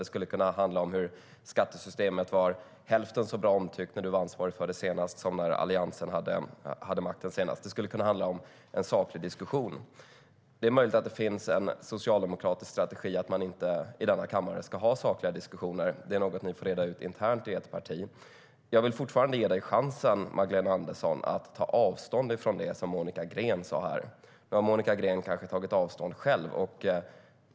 Den skulle kunna handla om hur skattesystemet var hälften så bra omtyckt när Magdalena Andersson var ansvarig för det senast som när Alliansen hade makten senast. Det skulle kunna bli en saklig diskussion. Men det är möjligt att det finns en socialdemokratisk strategi att man inte ska ha sakliga diskussioner i denna kammare. Det är något ni får reda ut internt i ert parti. Jag vill fortfarande ge dig chansen, Magdalena Andersson, att ta avstånd från det som Monica Green sa. Nu har Monica Green kanske tagit avstånd från det själv.